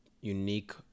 unique